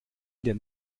denn